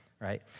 right